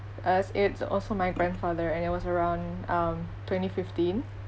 as it's also my grandfather and it was around um twenty fifteen